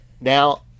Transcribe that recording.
Now